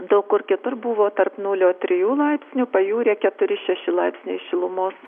daug kur kitur buvo tarp nulio trijų laipsnių pajūryje keturi šeši laipsniai šilumos